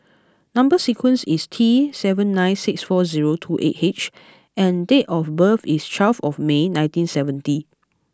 number sequence is T seven nine six four zero two eight H and date of birth is twelve of May nineteen seventy